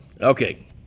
okay